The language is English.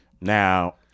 Now